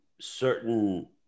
certain